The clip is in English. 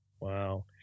Wow